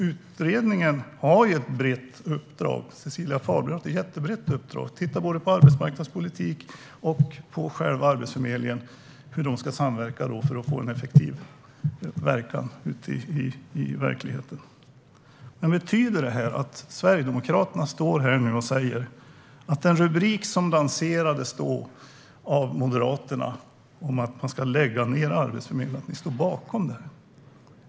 Utredningen och Cecilia Fahlberg har ett jättebrett uppdrag. Man ska titta på arbetsmarknadspolitik, på själva Arbetsförmedlingen och på hur de ska samverka för att få effektiv verkan i verkligheten. Men står Sverigedemokraterna här och säger att de står bakom den rubrik som Moderaterna lanserade om att lägga ned Arbetsförmedlingen?